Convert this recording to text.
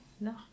no